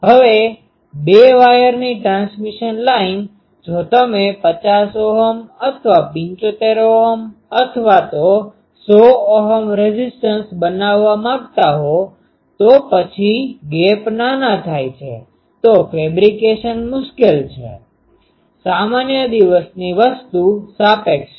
હવે બે વાયરની ટ્રાન્સમિશન લાઇન જો તમે 50 Ω અથવા 75 Ω અથવા તો 100 Ω રેઝીસ્ટન્સ બનાવવા માંગતા હો તો પછી ગેપ નાના થાય છે તો ફેબ્રિકેશન મુશ્કેલ છે સામાન્ય દિવસની વસ્તુ સાપેક્ષે